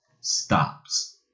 stops